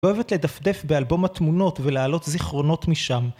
אוהבת לדפדף באלבום התמונות ולהעלות זיכרונות משם.